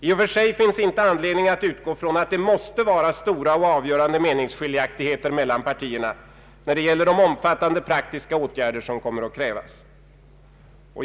I och för sig finns inte anledning att utgå från att det måste vara stora och avgörande meningsskiljaktigheter mellan partierna när det gäller de omfattande praktiska åtgärder som kommer att krävas.